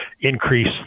increase